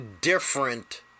different